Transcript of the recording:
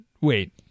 wait